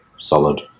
solid